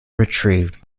retrieved